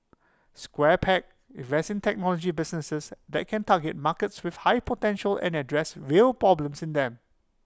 square peg invests in technology businesses that can target markets with high potential and address real problems in them